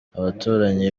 abaturanyi